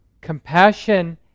compassion